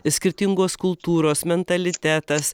skirtingos kultūros mentalitetas